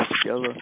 together